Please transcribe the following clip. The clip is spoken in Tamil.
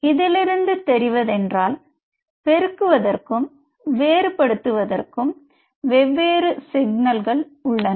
இதிலிருந்து தெரிவதென்றால் பெருக்குவதற்கும் வேறுபடுத்துவதற்கும் வெவேறு சிக்னல்கள் உள்ளன